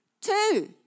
Two